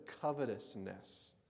covetousness